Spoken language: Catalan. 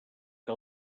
que